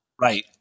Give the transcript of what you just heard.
right